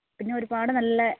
പിന്നെ ഒരുപാട് നല്ല